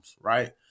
right